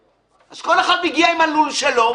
אז כל אחד מגיע עם הלול שלו.